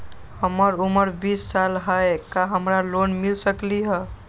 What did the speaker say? हमर उमर बीस साल हाय का हमरा लोन मिल सकली ह?